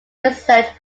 research